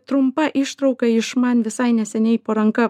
trumpa ištrauka iš man visai neseniai po ranka